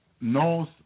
knows